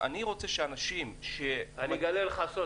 אני אגלה לך סוד,